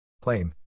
Claim